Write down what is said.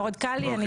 מאוד קל לי.